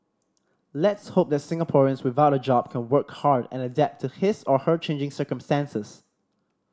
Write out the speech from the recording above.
let's hope that Singaporeans without a job can work hard and adapt to his or her changing circumstances